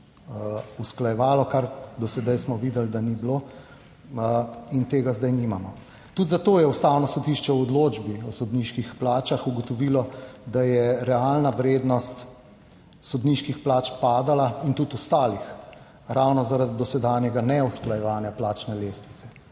kar do sedaj smo videli, da ni bilo in tega zdaj nimamo. Tudi zato je Ustavno sodišče v odločbi o sodniških plačah ugotovilo, da je realna vrednost sodniških plač padala - in tudi ostalih - ravno zaradi dosedanjega neusklajevanja plačne lestvice.